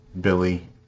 Billy